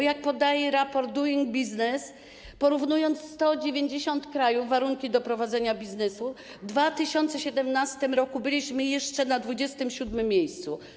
Jak podaje raport Doing Business, porównując w 190 krajach warunki do prowadzenia biznesu: w 2017 r. byliśmy jeszcze na 27. miejscu.